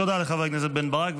תודה לחבר הכנסת בן ברק.